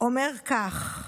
אומר כך: